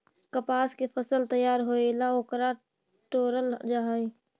कपास के फसल तैयार होएला ओकरा तोडल जा हई